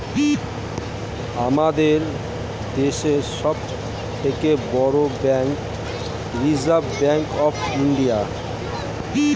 আমাদের দেশের সব থেকে বড় bank Reserve Bank of India